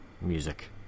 music